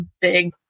big